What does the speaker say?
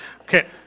Okay